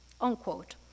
unquote